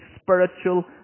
spiritual